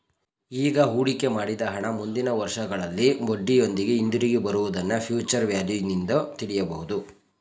ಈಗ ಹೂಡಿಕೆ ಮಾಡಿದ ಹಣ ಮುಂದಿನ ವರ್ಷಗಳಲ್ಲಿ ಬಡ್ಡಿಯೊಂದಿಗೆ ಹಿಂದಿರುಗಿ ಬರುವುದನ್ನ ಫ್ಯೂಚರ್ ವ್ಯಾಲ್ಯೂ ನಿಂದು ತಿಳಿಯಬಹುದು